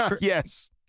yes